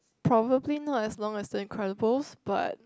probably not as long as the Incredibles but